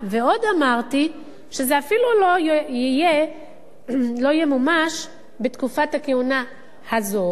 ועוד אמרתי שזה אפילו לא ימומש בתקופת הכהונה הזו,